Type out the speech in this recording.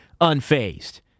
unfazed